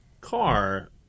car